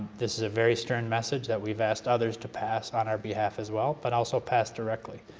this is a very stern message that we've asked others to pass on our behalf as well, but also pass directly.